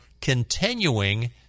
continuing